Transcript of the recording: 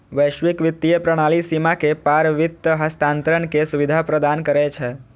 वैश्विक वित्तीय प्रणाली सीमा के पार वित्त हस्तांतरण के सुविधा प्रदान करै छै